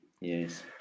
yes